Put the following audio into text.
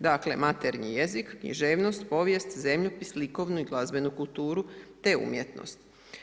Dakle maternji jezik, književnost, povijest, zemljopis, likovni i glazbenu kulturu te umjetnost.